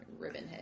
Ribbonhead